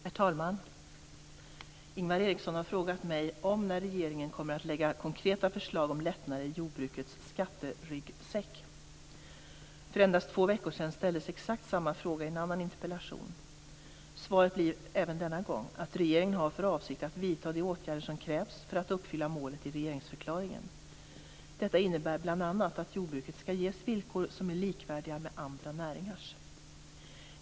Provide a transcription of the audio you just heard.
Herr talman! Ingvar Eriksson har frågat mig om när regeringen kommer att lägga fram konkreta förslag om lättnader i jordbrukets skatteryggsäck. För endast två veckor sedan ställdes exakt samma fråga i en annan interpellation. Svaret blir även denna gång att regeringen har för avsikt att vidta de åtgärder som krävs för att uppfylla målet i regeringsförklaringen. Detta innebär bl.a. att jordbruket skall ges villkor som är likvärdiga med andra näringars.